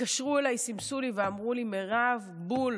התקשרו אליי, סימסו לי ואמרו לי: מירב, בול.